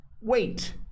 wait